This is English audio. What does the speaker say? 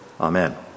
Amen